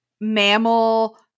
mammal